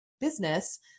business